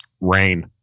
Rain